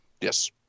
Yes